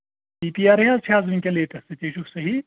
P P R چھُ حظ وٕنٛکین لیٹیسٹ ژٕ تے چھُکھ صحیح